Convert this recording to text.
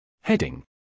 Heading